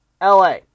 LA